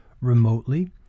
remotely